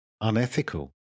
unethical